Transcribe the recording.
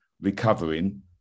recovering